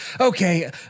Okay